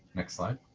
next slide.